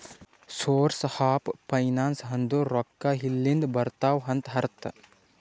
source of finance ಅಂದುರ್ ರೊಕ್ಕಾ ಎಲ್ಲಿಂದ್ ಬರ್ತಾವ್ ಅಂತ್ ಅರ್ಥ